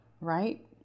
right